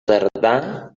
tardà